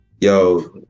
Yo